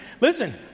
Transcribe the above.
Listen